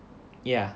ya